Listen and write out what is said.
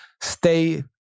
stay